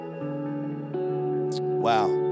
Wow